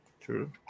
True